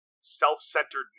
self-centeredness